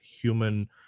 human